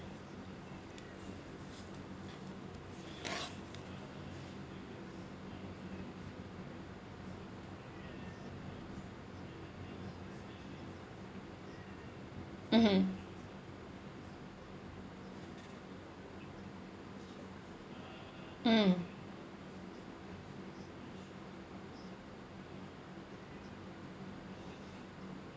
mmhmm mm